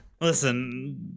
Listen